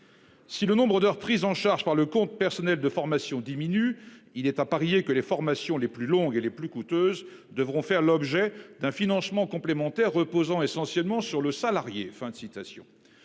Si le nombre d'heures prises en charge par le compte personnel de formation diminue. Il est à parier que les formations les plus longues et les plus coûteuses devront faire l'objet d'un financement complémentaire reposant essentiellement sur le salarié,